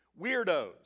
weirdos